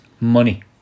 money